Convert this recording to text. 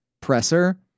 presser